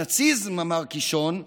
הנאציזם, אמר קישון,